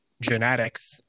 genetics